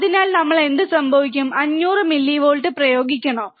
അതിനാൽ നമ്മൾ എന്ത് സംഭവിക്കും 500 മില്ലിവോൾട്ട് പ്രയോഗിക്കണോ